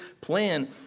plan